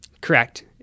Correct